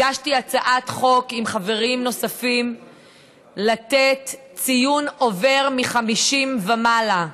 הגשתי הצעת חוק עם חברים נוספים לתת ציון עובר מ-50 ומעלה.